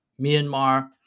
Myanmar